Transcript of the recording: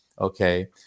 okay